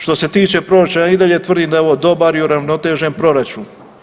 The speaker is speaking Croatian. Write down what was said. Što se tiče proračuna ja i dalje tvrdim da je ovo dobar i uravnotežen proračun.